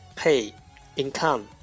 pay，income